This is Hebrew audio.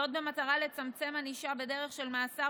וזאת במטרה לצמצם ענישה בדרך של מאסר